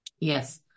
Yes